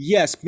Yes